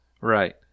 Right